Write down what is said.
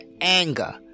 anger